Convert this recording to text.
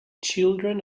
children